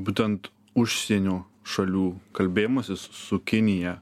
būtent užsienio šalių kalbėjimasis su kinija